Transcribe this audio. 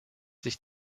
sich